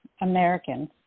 Americans